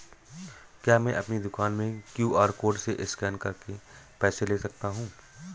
क्या मैं अपनी दुकान में क्यू.आर कोड से स्कैन करके पैसे ले सकता हूँ?